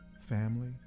family